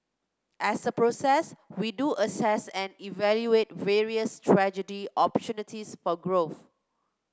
as a process we do assess and evaluate various strategic opportunities for growth